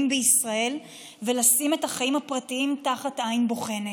בישראל ולשים את החיים הפרטיים תחת עין בוחנת.